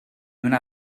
una